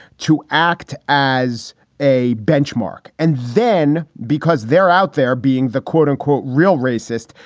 to act as a benchmark. and then because they're out there being the quote unquote, real racist,